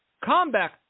combat